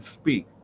speak